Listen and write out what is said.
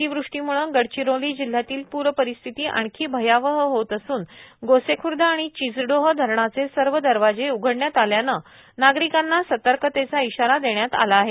अतिवृष्टीम्ळे गडचिरोली जिल्ह्यातील पूर परिस्थिती आणखी भयावह होत असूनए गोसेख्र्द आणि चिचडोह धरणाचे सर्व दरवाजे उघडण्यात आल्याने नागरिकांना सतर्कतेचा इशारा देण्यात आला आहे